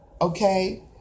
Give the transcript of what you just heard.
Okay